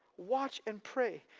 watch and pray,